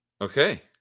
Okay